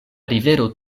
rivero